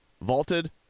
vaulted